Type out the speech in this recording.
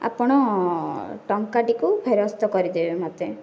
ଆପଣ ଟଙ୍କାଟିକୁ ଫେରସ୍ତ କରିଦେବେ ମୋତେ